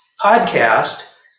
podcast